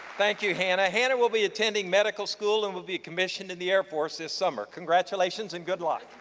thank you, hannah. hannah will be attending medical school and will be commissioned in the air force this summer. congratulation and good luck.